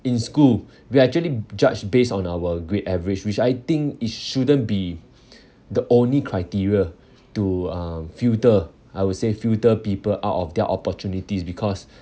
in school we actually judge based on our grade average which I think it shouldn't be the only criteria to uh filter I would say filter people out of their opportunities because